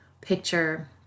picture